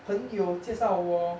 朋友介绍我